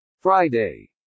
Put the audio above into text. Friday